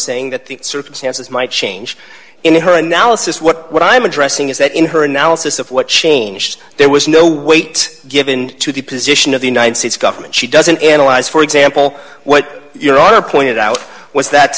saying that the circumstances might change in her analysis what i'm addressing is that in her analysis of what changed there was no weight given to the position of the united states government she doesn't analyze for example what your honor pointed out was that